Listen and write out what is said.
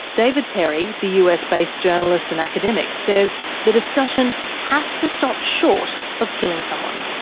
david perry, the us-based journalist and academic, says the discussion has to stop short of killing someone.